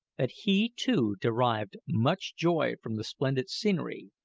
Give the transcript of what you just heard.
that he too derived much joy from the splendid scenery,